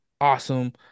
awesome